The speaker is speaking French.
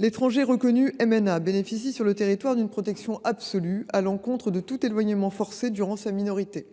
L’étranger reconnu MNA bénéficie sur le territoire d’une protection absolue à l’encontre de tout éloignement forcé durant sa minorité.